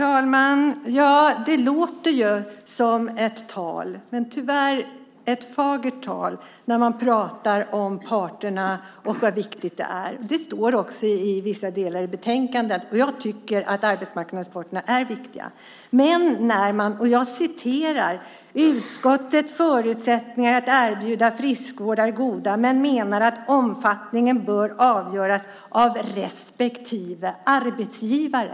Herr talman! Det låter som ett tal, men tyvärr ett fagert tal, när man pratar om parterna och hur viktiga de är. Det står också i vissa delar av betänkandet. Och jag tycker att arbetsmarknadens parter är viktiga. Jag citerar ur betänkandet: "Utskottet konstaterar att förutsättningarna att erbjuda friskvård är goda men menar att omfattningen bör avgöras av respektive arbetsgivare."